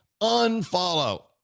Unfollow